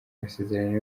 masezerano